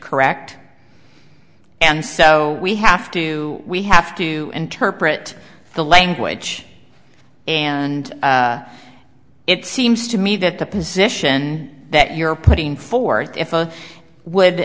correct and so we have to we have to interpret the language and it seems to me that the position that you're putting forth if i would